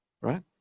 Right